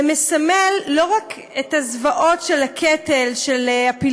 זה מסמל לא רק את הזוועות של קטל הפילים,